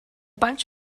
bunch